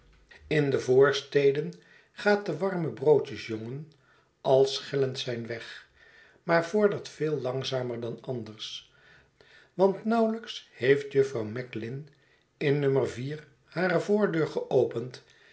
in de voorsteden gaat de warme broodjesjongen al schellend zijn weg maar vordert veel langzamer dan anders want nauwelijks heeft jufvrouw macklin in nu hare voordeur geopend